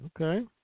Okay